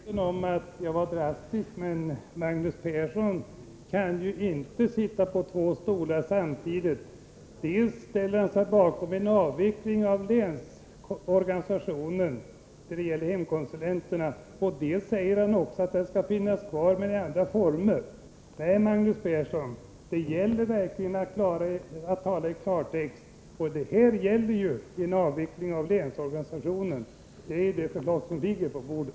Herr talman! Jag är medveten om att jag uttryckte mig drastiskt. Men Magnus Persson kan ju inte sitta på två stolar samtidigt. Dels ställer han sig bakom en avveckling av länsorganisationen när det gäller hemkonsulenterna, dels säger han att den skall finnas kvar, men i andra former. Nej, Magnus Persson, man bör verkligen tala i klartext, och här gäller det ju en avveckling av länsorganisationen — enligt det förslag som ligger på bordet.